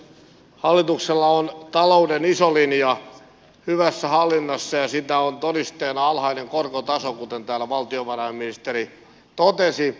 hallituksella on talouden iso linja hyvässä hallinnassa ja siitä on todisteena alhainen korkotaso kuten täällä valtiovarainministeri totesi